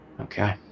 Okay